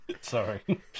Sorry